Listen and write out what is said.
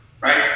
right